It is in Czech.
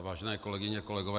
Vážené kolegyně, kolegové.